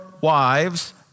wives